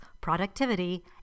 productivity